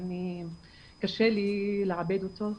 שקשה לי לעבד אותו,